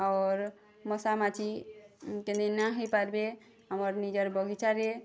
ଅର୍ ମଶା ମାଛି କେନ୍ତି ନା ହେଇପାର୍ବେ ଆମର୍ ନିଜର୍ ବଗିଚାରେ